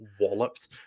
walloped